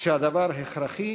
שהדבר הכרחי